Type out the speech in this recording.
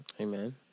Amen